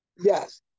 Yes